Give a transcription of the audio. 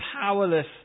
powerless